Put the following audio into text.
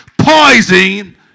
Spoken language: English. Poison